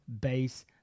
base